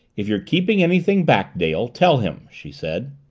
it you're keeping anything back, dale tell him, she said.